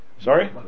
Sorry